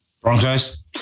Broncos